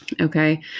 okay